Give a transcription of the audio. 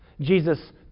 Jesus